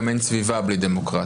גם אין סביבה בלי דמוקרטיה.